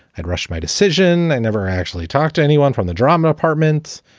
had rushed my decision. i never actually talked to anyone from the drama apartments.